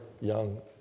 young